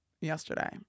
Yesterday